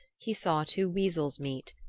he saw two weasels meet.